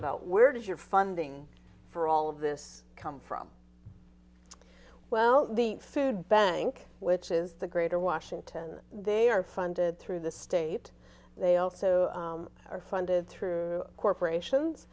about where does your funding for all of this come from well the food bank which is the greater washington they are funded through the state they also are funded through corporations